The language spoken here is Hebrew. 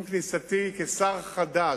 עם כניסתי, כשר חדש,